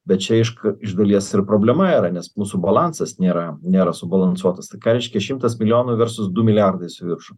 bet čia aišku iš dalies ir problema yra nes mūsų balansas nėra nėra subalansuotas ką reiškia šimtas milijonų versus du milijardai su viršum